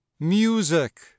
Music